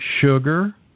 sugar